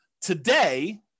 Today